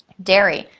dairy.